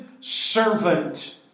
servant